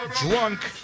drunk